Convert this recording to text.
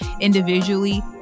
individually